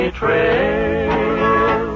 trail